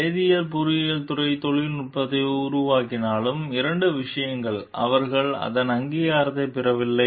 வேதியியல் பொறியியல் துறை தொழில்நுட்பத்தை உருவாக்கினாலும் இரண்டு விஷயங்கள் அவர்கள் அதன் அங்கீகாரத்தை பெறவில்லை